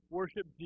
worship